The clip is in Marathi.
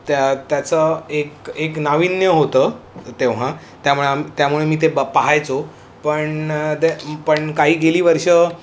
त्या त्याचं एक एक नाविन्य होतं तेव्हा त्यामुळे आम त्यामुळे मी ते ब पाहायचो पण ते पण काही गेली वर्षं